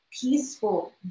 peaceful